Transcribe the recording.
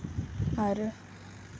ᱟᱨ